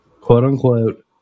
quote-unquote